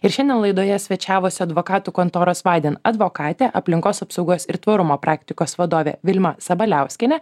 ir šiandien laidoje svečiavosi advokatų kontoros vaiden advokatė aplinkos apsaugos ir tvarumo praktikos vadovė vilma sabaliauskienė